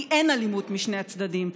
כי אין אלימות משני הצדדים.